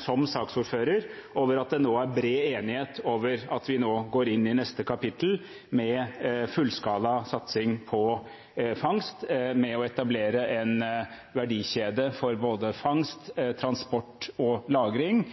Som saksordføreren gleder jeg meg over at det nå er bred enighet om at vi nå går inn i neste kapittel med fullskala satsing på fangst med å etablere en verdikjede for både fangst, transport og lagring.